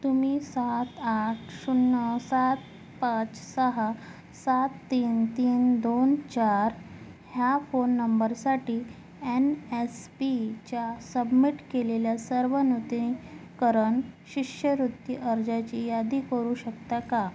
तुम्ही सात आठ शून्य सात पाच सहा सात तीन तीन दोन चार ह्या फोन नंबरसाठी एन एस पीच्या सबमिट केलेल्या सर्व नूतनीकरण शिष्यवृत्ती अर्जाची यादी करू शकता का